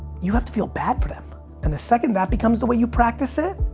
you have to feel bad for them and the second that becomes the way you practice it,